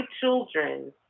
children